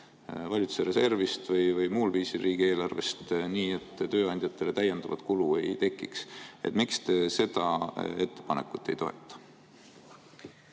valitsuse reservist või muul viisil riigieelarvest, nii et tööandjatele täiendavat kulu ei tekiks. Miks te seda ettepanekut ei toeta?